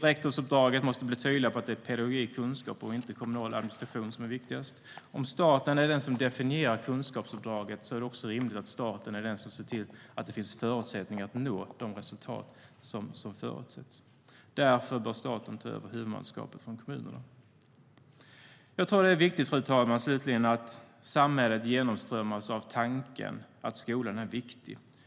Rektorsuppdraget måste bli tydligare på att det är pedagogik och kunskap och inte kommunal administration som är viktigast. Om staten är den som definierar kunskapsuppdraget är det också rimligt att staten är den som ser till att det finns förutsättningar att nå de resultat som förutsätts. Därför bör staten ta över huvudmannaskapet från kommunerna. Fru talman! Det är slutligen viktigt att samhället genomströmmas av tanken att skolan är viktig.